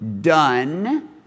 done